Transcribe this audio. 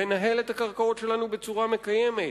לנהל את הקרקעות שלנו בצורה מקיימת,